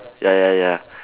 ya ya ya